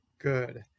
good